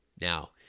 Now